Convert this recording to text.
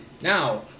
Now